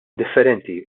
differenti